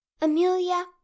amelia